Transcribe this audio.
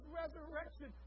resurrection